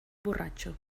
borratxo